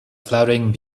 flowering